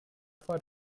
for